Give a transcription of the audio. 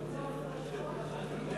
ההסתייגות לחלופין (1) של קבוצת סיעת ש"ס לסעיף 1 לא